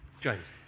James